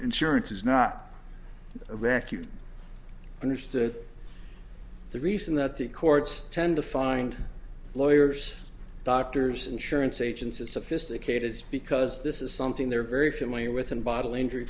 insurance is not a wreck you understood the reason that the courts tend to find lawyers doctors insurance agents and sophisticated is because this is something they're very familiar with and bodily injury